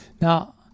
Now